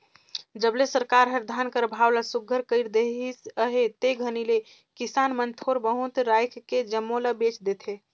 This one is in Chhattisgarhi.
जब ले सरकार हर धान कर भाव ल सुग्घर कइर देहिस अहे ते घनी ले किसान मन थोर बहुत राएख के जम्मो ल बेच देथे